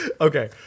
Okay